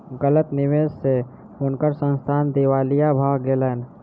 गलत निवेश स हुनकर संस्थान दिवालिया भ गेलैन